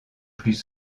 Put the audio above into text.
plus